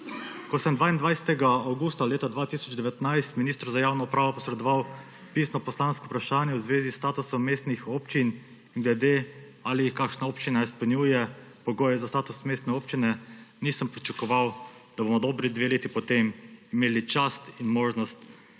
Ko sem 22. avgusta leta 2019 ministru za javno upravo posredoval pisno poslansko vprašanje v zvezi s statusom mestnih občin, ali kakšna občina izpolnjuje pogoje za status mestne občine, nisem pričakoval, da bomo dobri dve leti po tem imeli čast in možnost